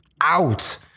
out